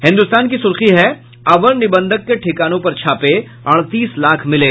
हिन्दुस्तान की सुर्खी है अवर निबंधक के ठीकानों पर छापे अड़तीस लाख मिले